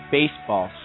baseball